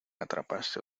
atrapaste